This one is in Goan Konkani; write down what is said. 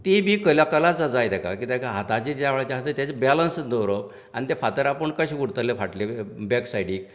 ती बी कला कला जाय तेका कित्याक हाताच्या ज्या वेळार ते तेजो बेलन्स दवरप आनी ते फातर आपूण ते कशे उरतले फाटले बेक सायडीक